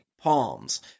palms